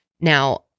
Now